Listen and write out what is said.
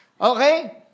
Okay